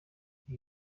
ibi